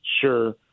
Sure